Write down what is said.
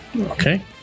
Okay